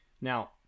now